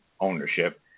ownership